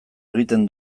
egiten